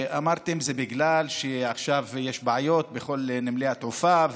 אמרתם: זה בגלל שעכשיו יש בעיות בכל נמלי התעופה,